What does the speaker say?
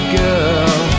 girl